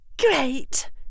Great